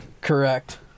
Correct